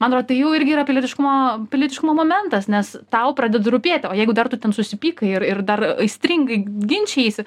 man atrodo tai jau irgi yra pilietiškumo pilietiškumo momentas nes tau pradeda rūpėti o jeigu dar tu ten susipykai ir ir dar aistringai ginčijaisi